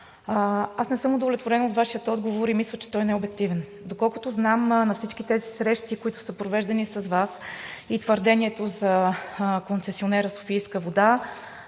Аз не съм удовлетворена от Вашия отговор и мисля, че той не е обективен. Доколкото знам на всички тези срещи, които са провеждани с Вас, и твърдението за концесионера „Софийска вода“